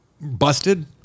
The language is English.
busted